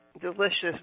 delicious